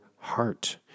heart